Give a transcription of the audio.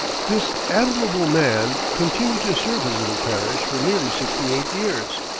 this admirable man continued to serve his little parish for nearly sixty-eight years.